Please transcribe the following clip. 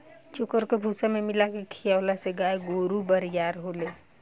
चोकर के भूसा में मिला के खिआवला से गाय गोरु बरियार होले